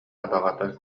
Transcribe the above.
абаҕата